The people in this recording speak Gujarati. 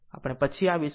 આપણે પછી આવીશું